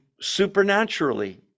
supernaturally